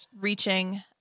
reaching